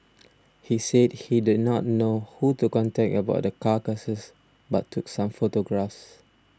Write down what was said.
he said he did not know who to contact about the carcasses but took some photographs